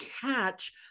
catch